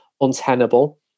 untenable